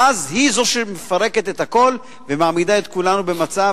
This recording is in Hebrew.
ואז היא זו שמפרקת את הכול ומעמידה את כולנו במצב